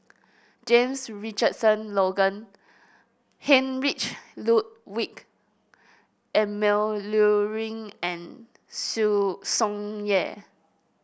James Richardson Logan Heinrich Road week Emil Luering and Tsung Yeh